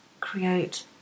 create